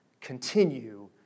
continue